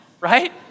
right